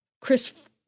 Chris